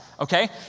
Okay